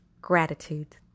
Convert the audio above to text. gratitude